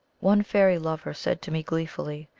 one fairy lover said to me gleefully,